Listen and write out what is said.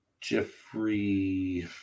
Jeffrey